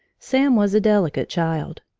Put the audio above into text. sam was a delicate child.